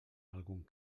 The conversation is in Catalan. algun